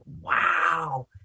wow